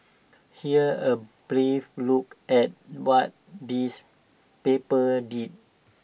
here's A brief look at what these papers did